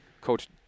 Coach